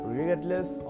Regardless